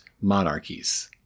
monarchies